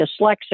dyslexic